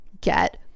Get